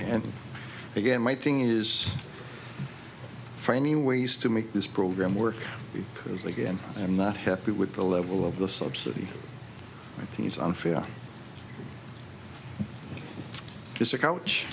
and again my thing is for any ways to make this program work because again i'm not happy with the level of the subsidy i think it's unfair it's a coach